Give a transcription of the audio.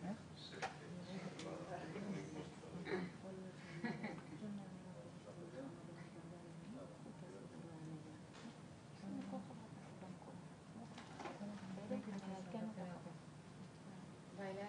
14:30.